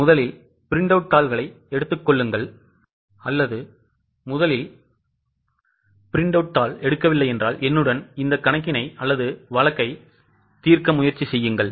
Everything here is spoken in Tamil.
முதலில் ப்ரிண்டவுட் தாள் எடுக்கவில்லையென்றால் என்னுடன் சேர்த்து தீர்க்க முயற்சிக்கவும்